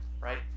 right